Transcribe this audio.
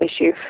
issue